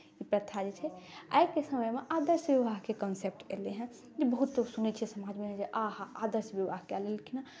ई प्रथा जे छै आइके समयमे आदर्श विवाहके कॉन्सेप्टमे एलै हेँ जे बहुतके सुनैत छियै समाजमे जे अहा आदर्श विवाह कए लेलखिन हेँ